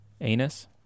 Anus